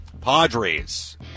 Padres